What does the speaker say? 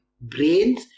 brains